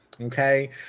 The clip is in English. okay